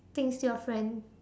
things to your friend